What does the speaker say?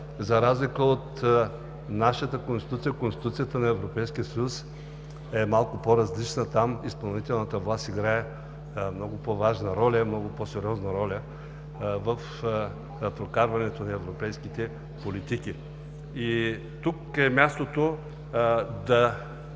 за разлика от нашата Конституция, Конституцията на Европейския съюз е малко по-различна. Там изпълнителната власт играе много по-важна роля и много по-сериозна роля в прокарването на европейските политики. Хайде да